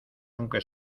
aunque